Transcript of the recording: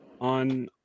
on